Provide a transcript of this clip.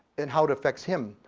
and how it affects him,